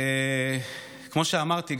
כמו שאמרתי,